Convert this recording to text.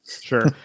sure